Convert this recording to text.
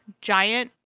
giant